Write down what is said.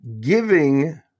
Giving